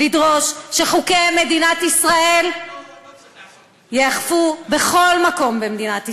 לדרוש שחוקי מדינת ישראל ייאכפו בכל מקום במדינת ישראל,